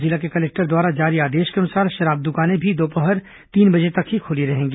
जिला कलेक्टर द्वारा जारी आदेश के अनुसार शराब दुकानें भी दोपहर तीन बजे तक ही खुली रहेंगी